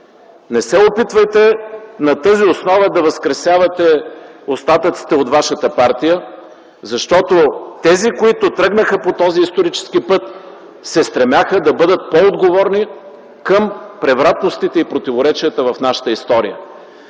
Не се опитвайте на тази основа да възкресявате остатъците от вашата партия, защото тези, които тръгнаха по този исторически път, се стремяха да бъдат по-отговорни към превратностите и противоречията в нашата история.